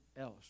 else